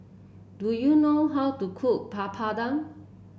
do you know how to cook Papadum